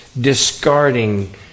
discarding